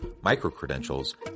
micro-credentials